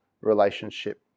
relationship